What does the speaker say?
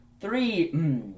Three